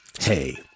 Hey